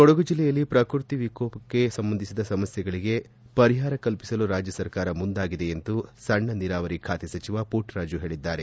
ಕೊಡಗು ಜಿಲ್ಲೆಯಲ್ಲಿ ಪ್ರಕೃತಿ ವಿಕೋಪಕ್ಕೆ ಸಂಬಂಧಿಸಿದ ಸಮಸ್ಥೆಗಳಿಗೆ ಪರಿಹಾರ ಕಲ್ಪಿಸಲು ರಾಜ್ಯ ಸರ್ಕಾರ ಮುಂದಾಗಿದೆ ಎಂದು ಸಣ್ಣ ನಿರಾವರಿ ಖಾತೆ ಸಚಿವ ಪುಟ್ಟರಾಜು ಹೇಳಿದ್ದಾರೆ